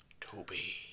Toby